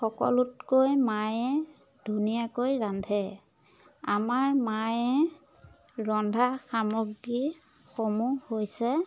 সকলোতকৈ মায়ে ধুনীয়াকৈ ৰান্ধে আমাৰ মায়ে ৰন্ধা সামগ্ৰীসমূহ হৈছে